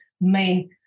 main